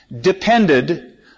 depended